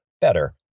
better